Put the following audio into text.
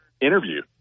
interview